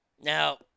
now